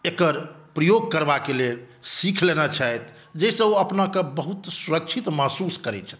एक़र प्रयोग करबाक लेल सीख लेने छथि जाहिसॅं ओ अपनाके बहुत सुरक्षित महसूस करै छथिन